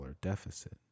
deficit